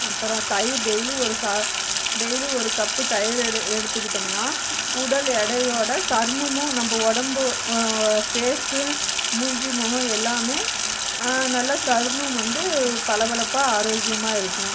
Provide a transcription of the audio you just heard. அப்புறம் தயிர் டெய்லி ஒரு சா டெய்லி ஒரு கப்பு தயிர் எடு எடுத்துக்கிட்டோம்னா உடல் எடையோட சருமமும் நம்ம உடம்பு ஃபேஸ்ஸு மூஞ்சி முகம் எல்லாமே நல்ல சருமம் வந்து பளபளப்பாக ஆரோக்கியமாக இருக்கும்